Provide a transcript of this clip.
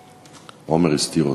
עמאר הסתיר אותו.